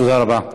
תודה רבה.